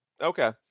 Okay